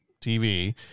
tv